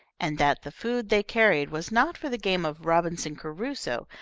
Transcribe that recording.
and that the food they carried was not for the game of robinson crusoe,